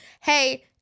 hey